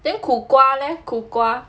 then 苦瓜 leh 苦瓜